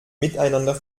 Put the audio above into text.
miteinander